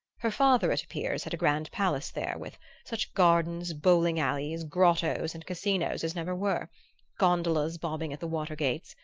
her father, it appears, had a grand palace there, with such gardens, bowling-alleys, grottoes and casinos as never were gondolas bobbing at the water-gates,